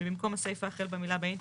ובמקום הסעיף החל במילה".